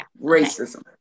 Racism